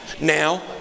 Now